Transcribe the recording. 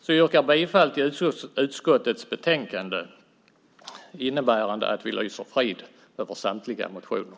Jag yrkar bifall till förslaget i utskottets betänkande innebärande att vi lyser frid över samtliga motioner.